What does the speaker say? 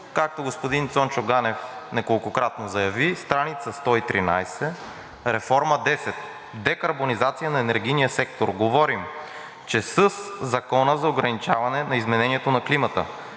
както господин Цончо Ганев неколкократно заяви, страница 113, реформа 10: „Декарбонизация на енергийния сектор“. Говорим, че със Закона за ограничаване изменението на климата